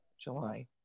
July